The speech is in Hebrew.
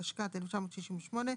התשכ"ט-1968,